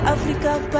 Africa